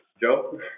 Joe